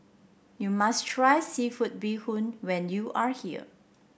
you must try seafood Bee Hoon when you are here